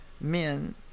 men